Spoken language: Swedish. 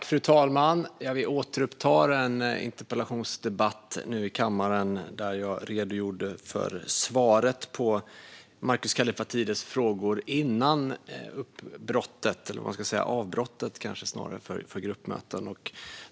Fru talman! Vi återupptar nu interpellationsdebatten i kammaren. Före avbrottet för gruppmöten gav jag svar på Markus Kallifatides frågor.